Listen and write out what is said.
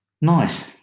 Nice